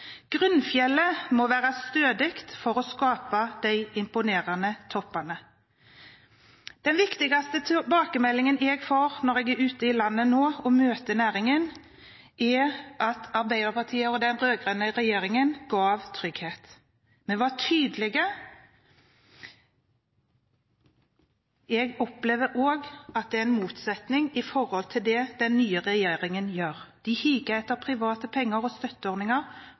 Grunnfjellet må være stødig for å skape de imponerende toppene. Den viktigste tilbakemeldingen jeg får når jeg reiser rundt i landet og møter næringen, er at Arbeiderpartiet og den rød-grønne regjeringen ga trygghet. Vi var tydelige. Jeg opplever òg en motsetning mellom det den forrige regjeringen gjorde, og det den nye regjeringen gjør. Den nye regjeringen higer etter private penger og støtteordninger